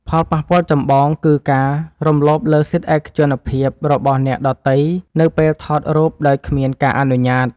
ផលប៉ះពាល់ចម្បងគឺការរំលោភលើសិទ្ធិឯកជនភាពរបស់អ្នកដទៃនៅពេលថតរូបដោយគ្មានការអនុញ្ញាត។